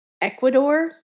Ecuador